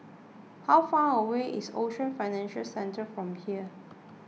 how far away is Ocean Financial Centre from here